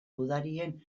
gudarien